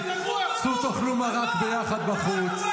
צאו תאכלו מרק ביחד בחוץ.